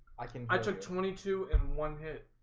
i came i took twenty two and one hit